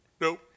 Nope